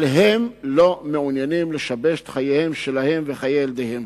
אבל הם לא מעוניינים לשבש את חייהם שלהם ואת חיי ילדיהם.